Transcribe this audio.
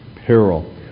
peril